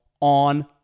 on